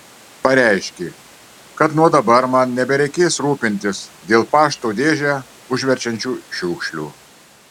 pareiškė kad nuo dabar man nebereikės rūpintis dėl pašto dėžę užverčiančių šiukšlių